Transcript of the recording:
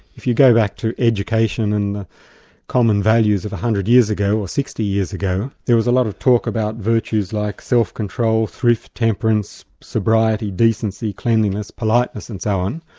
if you go back to education and the common values of one hundred years ago, or sixty years ago, there was a lot of talk about virtues like self-control, thrift, temperance, sobriety, decency, cleanliness, politeness and so on,